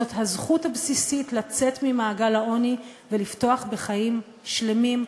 זאת הזכות הבסיסית לצאת ממעגל העוני ולפתוח בחיים שלמים,